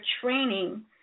training